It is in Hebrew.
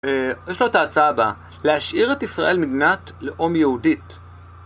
יש לו את ההצעה הבאה להשאיר את ישראל מדינת לאום יהודית